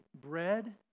bread